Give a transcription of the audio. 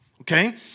Okay